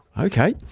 okay